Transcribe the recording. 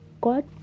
God